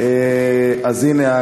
אז הנה,